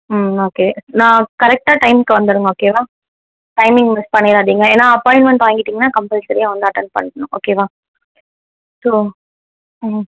ம் ஓகே நான் கரெக்டாக டைமுக்கு வந்திடுங்க ஓகேவா டைமிங் மிஸ் பண்ணிடாதிங்க ஏன்னா அப்பாயிண்மெண்ட் வாங்கிட்டிங்கன்னால் கம்பல்சரியாக வந்து அட்டென் பண்ணணும் ஓகேவா ஸோ ம்